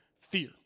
fear